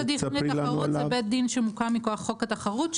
בית הדין לתחרות זה בית דין שמוקם מכוח חוק התחרות,